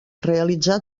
realitzà